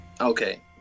Okay